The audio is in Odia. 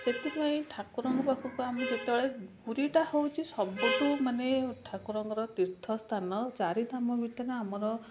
ସେଥିପାଇଁ ଠାକୁରଙ୍କ ପାଖକୁ ଆମେ ଯେତେବେଳେ ପୁରୀଟା ହେଉଛି ସବୁଠାରୁ ମାନେ ଠାକୁରଙ୍କର ତୀର୍ଥ ସ୍ଥାନ ଚାରିଧାମ ଭିତରେ ଆମର